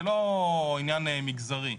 זה לא עניין מגזרי.